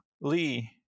Lee